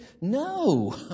No